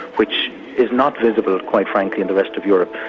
which is not visible quite frankly in the rest of europe.